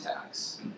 tax